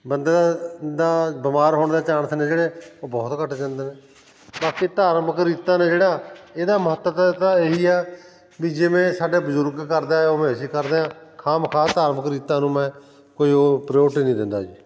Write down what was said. ਬੰਦੇ ਦਾ ਬਿਮਾਰ ਹੋਣ ਦਾ ਚਾਨਸ ਨੇ ਜਿਹੜੇ ਉਹ ਬਹੁਤ ਘੱਟ ਜਾਂਦੇ ਨੇ ਬਾਕੀ ਧਾਰਮਿਕ ਰੀਤਾਂ ਨੇ ਜਿਹੜਾ ਇਹਦਾ ਮਹੱਤਤਾ ਤਾਂ ਇਹੀ ਆ ਵੀ ਜਿਵੇਂ ਸਾਡੇ ਬਜ਼ੁਰਗ ਕਰਦੇ ਆਏ ਉਵੇਂ ਹੀ ਅਸੀਂ ਕਰਦੇ ਆ ਖਾਮਖਾਹ ਧਾਰਮਿਕ ਰੀਤਾਂ ਨੂੰ ਮੈਂ ਕੋਈ ਉਹ ਪ੍ਰਿਓਰਟੀ ਨਹੀਂ ਦਿੰਦਾ ਜੀ